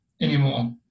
anymore